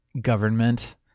government